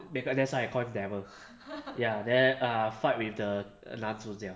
be~ that's why I call him devil ya then err fight with the 男主角